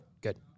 good